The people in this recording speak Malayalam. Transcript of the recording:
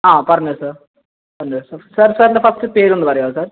ആ പറഞ്ഞോ സർ പറഞ്ഞോ സർ സർ സാറിൻ്റെ ഫസ്റ്റ് പേര് ഒന്നു പറയാമോ സർ